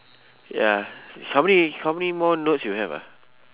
ya how many how many more notes you have ah